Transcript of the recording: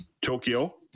Tokyo